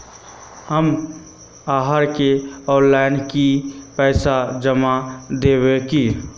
हम आहाँ के ऑनलाइन ही पैसा जमा देब की?